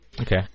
Okay